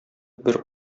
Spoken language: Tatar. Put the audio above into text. бер